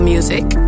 Music